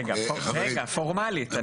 רגע, פורמלית.